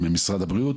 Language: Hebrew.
יחד עם משרד הבריאות.